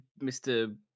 Mr